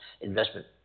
investment